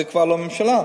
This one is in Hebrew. זה כבר לא ממשלה.